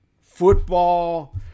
football